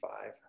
five